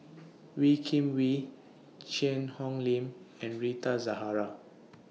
Wee Kim Wee Cheang Hong Lim and Rita Zahara